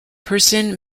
person